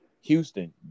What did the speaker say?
Houston